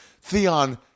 Theon